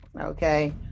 okay